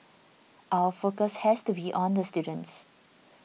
our focus has to be on the students